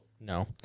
no